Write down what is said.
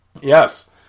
Yes